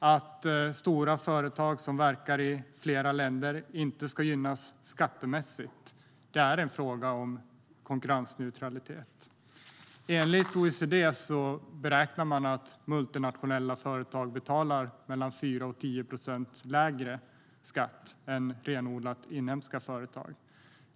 Att stora företag som verkar i flera länder inte ska gynnas skattemässigt är en fråga om konkurrensneutralitet. OECD beräknar att multinationella företag betalar 4-10 procent lägre skatt än renodlat inhemska företag.